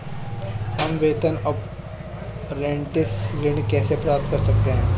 हम वेतन अपरेंटिस ऋण कैसे प्राप्त कर सकते हैं?